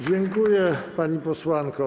Dziękuję, pani posłanko.